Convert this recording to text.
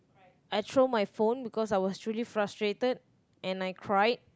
I throw my phone because I was really frustrated and I cried